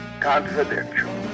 Confidential